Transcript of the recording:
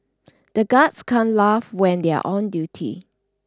the guards can't laugh when they are on duty